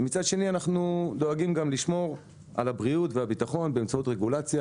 ומצד שני אנחנו דואגים גם לשמור על הבריאות והביטחון באמצעות רגולציה,